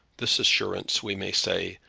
this assurance, we may say,